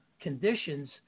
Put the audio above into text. conditions